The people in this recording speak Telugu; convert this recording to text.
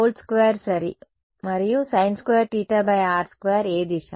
హోల్ స్క్వేర్ సరి మరియు sin2 θ r2 ఏ దిశ